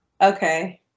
Okay